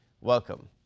Welcome